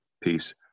peace